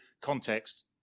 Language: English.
context